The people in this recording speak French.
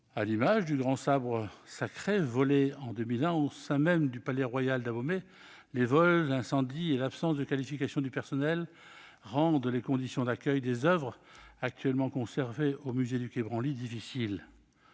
À l'image du grand sabre sacré, volé en 2001 au sein même du palais royal d'Abomey, les vols, incendies et l'absence de qualification du personnel rendent les conditions d'accueil des oeuvres actuellement conservées au musée du quai Branly difficiles.